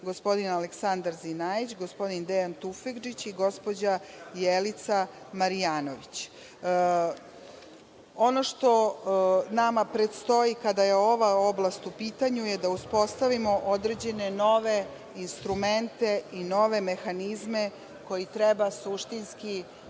gospodin Aleksandar Zinajić, gospodin Dejan Tufegđić i gospođa Jelica Marjanović. Ono što nama predstoji kada je ova oblast u pitanju je da uspostavimo određene nove instrumente i nove mehanizme koji treba suštinski